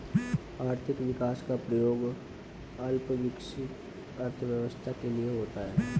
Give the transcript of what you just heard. आर्थिक विकास का प्रयोग अल्प विकसित अर्थव्यवस्था के लिए होता है